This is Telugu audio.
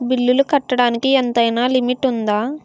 బిల్లులు కట్టడానికి ఎంతైనా లిమిట్ఉందా?